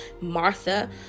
Martha